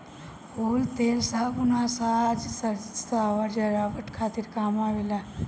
फूल तेल, साबुन आ साज सजावट खातिर काम आवेला